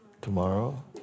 Tomorrow